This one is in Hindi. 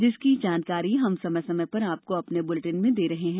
जिसकी जानकारी हम समय समय पर आपको अपने बुलेटिन में दे रहे हैं